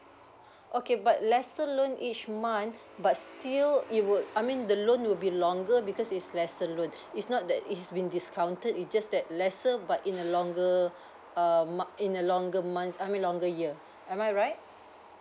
okay but lesser loan each month but still it would I mean the loan would be longer because it's lesser loan it's not that it's been discounted it just that lesser but in a longer um month in a longer month I mean longer year am I right